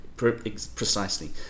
precisely